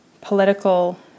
political